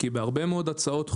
כי בהרבה מאוד הצעות חוק,